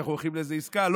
שאנחנו הולכים לאיזו עסקה.